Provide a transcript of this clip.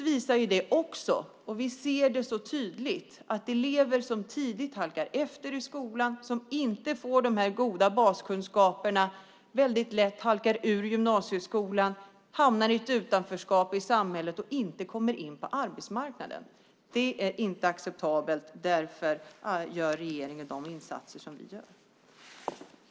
Vi ser så tydligt att elever som tidigt halkar efter i skolan och inte får de goda baskunskaperna väldigt lätt halkar ur gymnasieskolan. De hamnar i ett utanförskap i samhället och kommer inte in på arbetsmarknaden. Det är inte acceptabelt. Därför gör regeringen de insatser man gör.